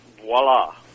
voila